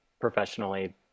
professionally